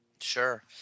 Sure